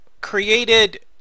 Created